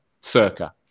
circa